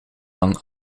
lang